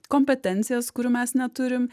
kompetencijas kurių mes neturim